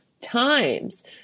times